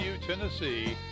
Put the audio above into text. Tennessee